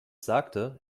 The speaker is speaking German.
sagte